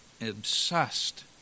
obsessed